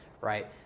right